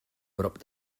prop